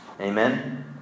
Amen